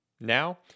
Now